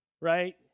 right